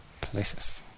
places